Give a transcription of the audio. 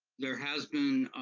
there has been,